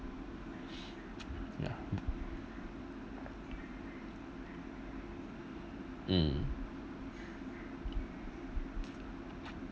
ya mm